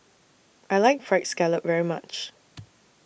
I like Fried Scallop very much